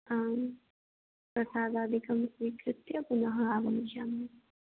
आं प्रसादादिकं स्वीकृत्य पुनः आगमिष्यामः